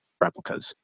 replicas